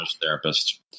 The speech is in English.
therapist